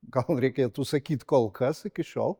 gal reikėtų sakyt kol kas iki šiol